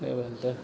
नहि भेल तऽ